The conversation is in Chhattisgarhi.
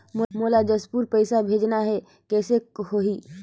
मोला जशपुर पइसा भेजना हैं, कइसे होही?